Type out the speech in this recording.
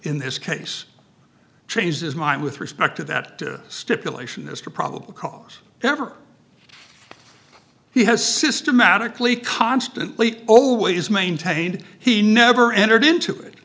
in this case changed his mind with respect to that stipulation as to probable cause however he has systematically constantly always maintained he never entered into it